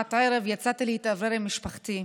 בשעת ערב, יצאתי להתאוורר עם משפחתי,